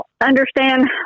understand